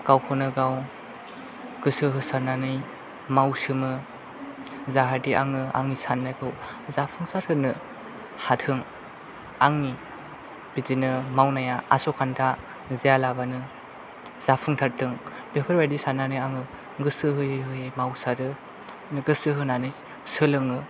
गावखौनो गाव गोसो होसारनानै मावसोमो जाहाथे आङो आंनि साननायखौ जाफुंसारहोनो हाथों आंनि बिदिनो मावनाया आसखान्दा जायालाबानो जाफुंथारथों बेफोरबायदि साननानै आङो गोसो होयै होयै मावसारो गोसो होनानै सोलोङो